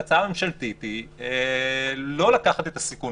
ההצעה הממשלתית היא לא לקחת את הסיכון